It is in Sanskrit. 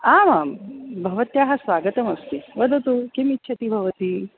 आमां भवत्याः स्वागतमस्ति वदतु किम् इच्छति भवती